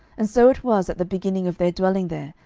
and so it was at the beginning of their dwelling there,